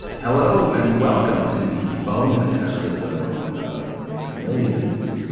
hello, and welcome to the bonus episode of mcmillions.